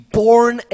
born